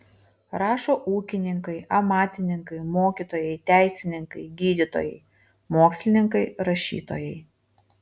rašo ūkininkai amatininkai mokytojai teisininkai gydytojai mokslininkai rašytojai